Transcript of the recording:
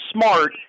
smart